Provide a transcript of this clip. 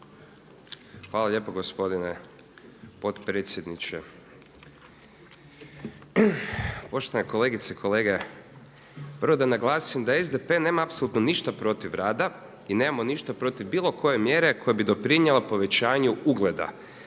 Hvala lijepo gospodine potpredsjedniče. Poštovane kolegice i kolege, prvo da naglasim da SDP nema apsolutno ništa protiv rada i nemamo ništa protiv bilo koje mjere koja bi doprinijela povećanju ugleda